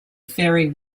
very